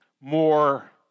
more